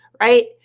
right